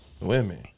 Women